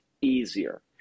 easier